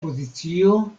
pozicio